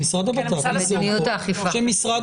של מדיניות האכיפה.